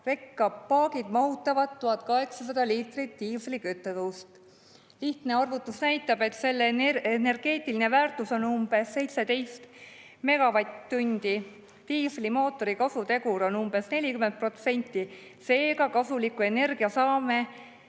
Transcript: paagid mahutavad 1800 liitrit diislikütust. Lihtne arvutus näitab, et selle energeetiline väärtus on umbes 17 megavatt-tundi, diiselmootori kasutegur on umbes 40%, seega kasulikku energiat saame